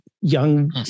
Young